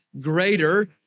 greater